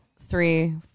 three